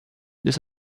this